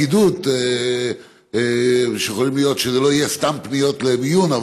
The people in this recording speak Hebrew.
לפקידות שזה לא יהיו סתם פניות למיון.